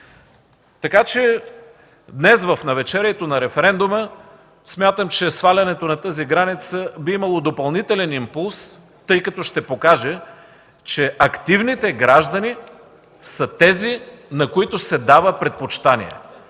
Така че в навечерието на референдума смятам, че свалянето на тази граница би имало допълнителен импулс, тъй като ще покаже, че активните граждани са тези, на които се дава предпочитание.